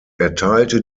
erteilte